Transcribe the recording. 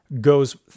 goes